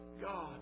God